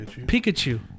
Pikachu